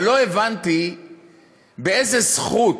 אבל לא הבנתי באיזה זכות